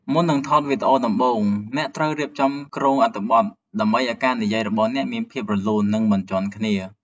មុននឹងថតវីដេអូដំបូង អ្នកត្រូវរៀបចំគ្រោងអត្ថបទ ដើម្បីឱ្យការនិយាយរបស់អ្នកមានភាពរលូន និងមិនជាន់គ្នា។